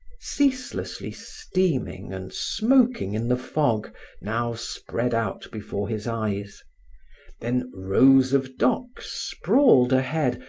ceaselessly steaming and smoking in the fog now spread out before his eyes then rows of docks sprawled ahead,